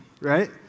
right